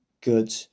good